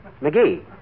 McGee